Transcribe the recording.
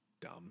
dumb